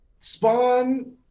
Spawn